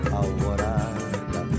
alvorada